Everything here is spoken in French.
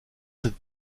cette